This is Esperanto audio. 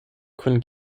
kun